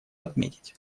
отметить